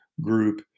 group